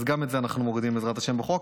אז גם את זה אנחנו מורידים, בעזרת השם, בחוק.